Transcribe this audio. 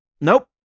Nope